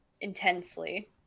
intensely